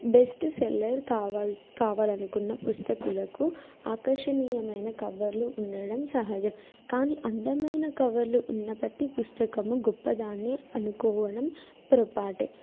best seller కావల్ కావాలనుకున్న పుస్తకాలకు ఆకర్షణీయమైన కవర్లు ఉండడం సహజం కానీ అందమైన కవర్లు ఉన్న ప్రతి పుస్తకము గొప్పదని అనుకోవడం పొరపాటే